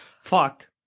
Fuck